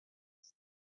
asked